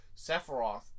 Sephiroth